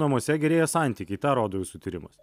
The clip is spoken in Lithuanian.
namuose gerėja santykiai tą rodo jūsų tyrimas